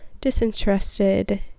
disinterested